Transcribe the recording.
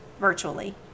virtually